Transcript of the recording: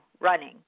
running